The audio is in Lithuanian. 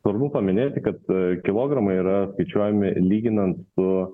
svarbu paminėti kad kilogramai yra skaičiuojami lyginant su